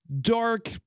dark